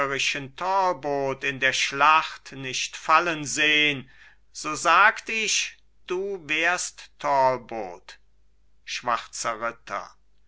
in der schlacht nicht fallen sehn so sagt ich du wärst talbot schwarzer ritter